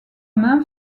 main